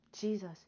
Jesus